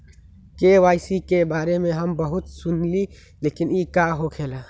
KYC के बारे में हम बहुत सुनीले लेकिन इ का होखेला?